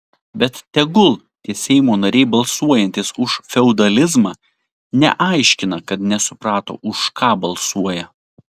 bet tegul tie seimo nariai balsuojantys už feodalizmą neaiškina kad nesuprato už ką balsuoja